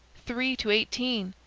three to eighteen!